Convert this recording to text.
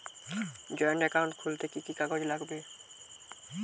Joint account খুলতে কি কি কাগজ লাগবে?